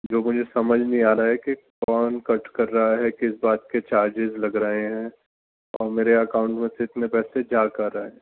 جو مجھے سمجھ نہیں آر ہاہے کہ کون کٹ کر رہا ہے کس بات کے چارجز لگ رہے ہیں اور میرے اکاؤنٹ میں سے اتنے پیسے جا کہاں رہے ہیں